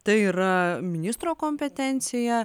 tai yra ministro kompetencija